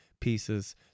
pieces